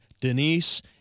Denise